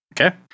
Okay